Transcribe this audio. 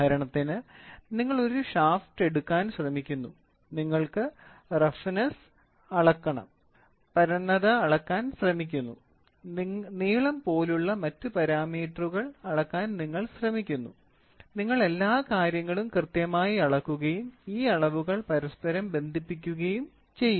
ഉദാഹരണത്തിന് നിങ്ങൾ ഒരു ഷാഫ്റ്റ് എടുക്കാൻ ശ്രമിക്കുന്നു നിങ്ങൾ റഫ്നെസ്സ് അളക്കുന്നു പരന്നത അളക്കാൻ ശ്രമിക്കുന്നു നീളം പോലുള്ള മറ്റ് പാരാമീറ്ററുകൾ അളക്കാൻ നിങ്ങൾ ശ്രമിക്കുന്നു നിങ്ങൾ എല്ലാ കാര്യങ്ങളും കൃത്യമായി അളക്കുകയും ഈ അളവുകൾ പരസ്പരം ബന്ധിപ്പിക്കുകയും ചെയ്യുന്നു